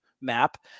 map